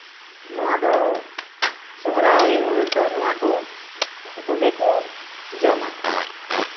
ᱟᱨ ᱥᱚᱨᱦᱟᱭ ᱨᱮᱫᱚ ᱱᱚᱣᱟ ᱠᱚᱜᱮ ᱠᱚ ᱡᱚᱢᱟ